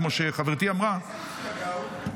כמו שחברתי אמרה --- איזה מפלגה הוא?